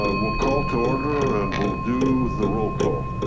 ah we'll call to order and we'll do the roll call.